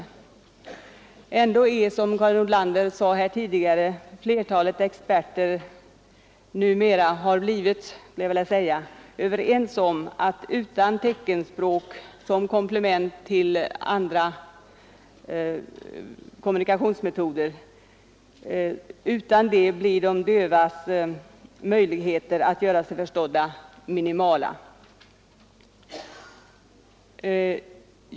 Ändå är, som Karin Nordlander nyss sade, flertalet experter numera överens om att utan teckenspråk som komplement till andra kommunikationsmetoder blir de dövas möjligheter att göra sig förstådda minimala.